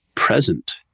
present